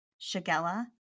shigella